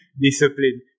discipline